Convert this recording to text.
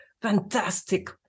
fantastic